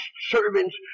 servants